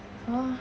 !huh!